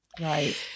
Right